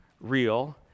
real